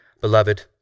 beloved